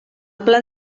pla